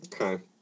Okay